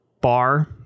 bar